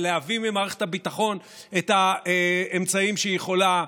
אבל להביא ממערכת הביטחון את האמצעים שהיא יכולה,